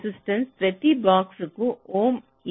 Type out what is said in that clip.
sheet resistance ప్రతి box కు ఓం